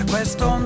Questo